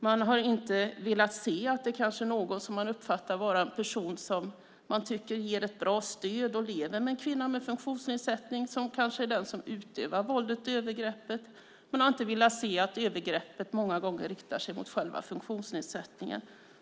Man har inte velat inse att någon som man uppfattar som en person som ger ett bra stöd och lever med en kvinna med funktionsnedsättning kanske är den som utövar våldet och övergreppen. Man har inte velat inse att övergreppen många gånger riktar sig mot själva funktionsnedsättningen.